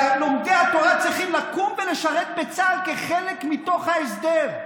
אלא לומדי התורה צריכים לקום ולשרת בצה"ל כחלק מתוך ההסדר.